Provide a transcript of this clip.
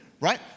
right